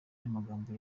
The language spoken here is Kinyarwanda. y’amagambo